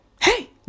hey